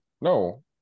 no